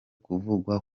kuvugwa